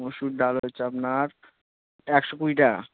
মুসুর ডাল হচ্ছে আপনার একশো কুড়ি টাকা